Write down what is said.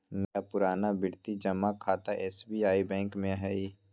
मेरा पुरनावृति जमा खता एस.बी.आई बैंक में हइ